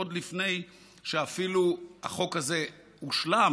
עוד לפני שהחוק הזה הושלם,